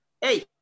Hey